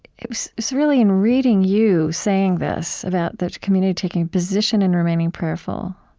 it was really in reading you saying this about the community taking a position and remaining prayerful